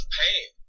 pain